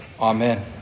Amen